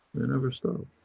they never stop.